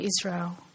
Israel